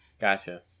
Gotcha